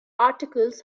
articles